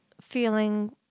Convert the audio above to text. feeling